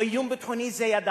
או איום ביטחוני, את זה ידענו.